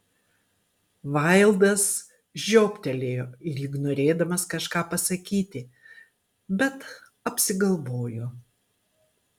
vaildas žiobtelėjo lyg norėdamas kažką pasakyti bet apsigalvojo